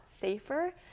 safer